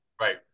Right